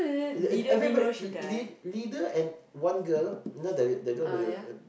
uh uh everybody lead~ leader and one girl you know the girl who